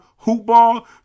HOOPBALL